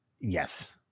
Yes